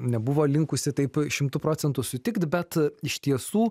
nebuvo linkusi taip šimtu procentų sutikt bet iš tiesų